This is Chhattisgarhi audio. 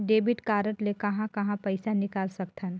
डेबिट कारड ले कहां कहां पइसा निकाल सकथन?